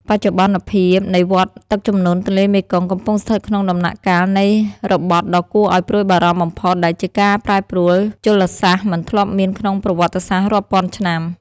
បច្ចុប្បន្នភាពនៃវដ្តទឹកជំនន់ទន្លេមេគង្គ កំពុងស្ថិតក្នុងដំណាក់កាលនៃរបត់ដ៏គួរឱ្យព្រួយបារម្ភបំផុត ដែលជាការប្រែប្រួលជលសាស្ត្រមិនធ្លាប់មានក្នុងប្រវត្តិសាស្ត្ររាប់ពាន់ឆ្នាំ។